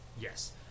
yes